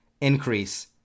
increase